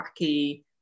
wacky